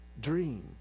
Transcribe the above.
dream